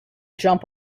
jump